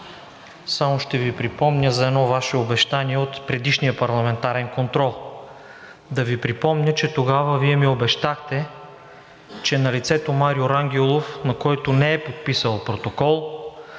само ще Ви припомня за едно Ваше обещание от предишния парламентарен контрол. Да Ви припомня, че тогава Вие ми обещахте, че на лицето Марио Рангелов, който не е подписал протокол,